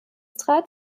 trat